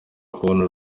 kubona